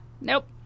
Nope